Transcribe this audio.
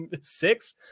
six